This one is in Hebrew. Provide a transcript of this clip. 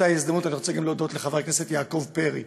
באותה ההזדמנות אני רוצה להודות גם לחבר הכנסת יעקב פרי,